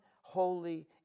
holy